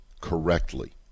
correctly